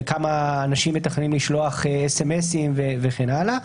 לכמה אנשים מתכננים לשלוח אס.אמ.אסים וכן הלאה?